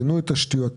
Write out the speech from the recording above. פינוי תשתיות,